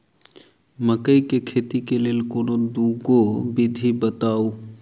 मकई केँ खेती केँ लेल कोनो दुगो विधि बताऊ?